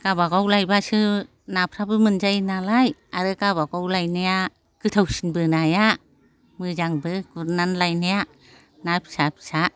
गाबागाव लायब्लासो नाफ्राबो मोनजायो नालाय आरो गाबागाव लायनाया गोथावसिनबो नाया मोजांबो गुरनानै लायनाया ना फिसा फिसा